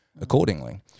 accordingly